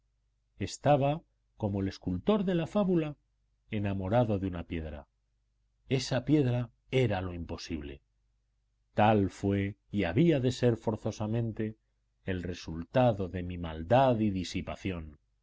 estaba como el escultor de la fábula enamorado de una piedra esa piedra era lo imposible tal fue y había de ser forzosamente el resultado de mi maldad y disipación